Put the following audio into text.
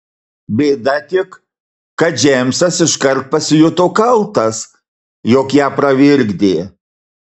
bėda tik kad džeimsas iškart pasijuto kaltas jog ją pravirkdė